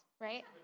right